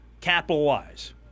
capitalize